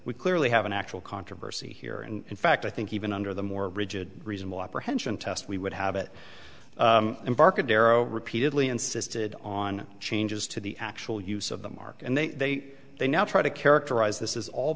we clearly have an actual controversy here and in fact i think even under the more rigid reasonable apprehension test we would have it embarcadero repeatedly insisted on changes to the actual use of the mark and they they now try to characterize this is all